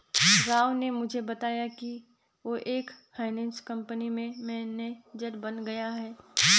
राव ने मुझे बताया कि वो एक फाइनेंस कंपनी में मैनेजर बन गया है